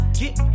get